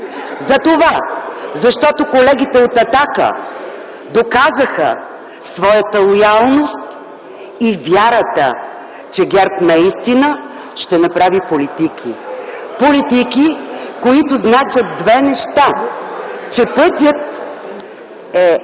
Затова, защото колегите от „Атака” доказаха своята лоялност и вярата, че ГЕРБ наистина ще направи политики. Политики, които значат две неща – че пътят е